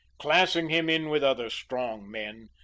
classing him in with other strong men,